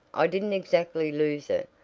i didn't exactly lose it,